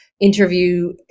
interview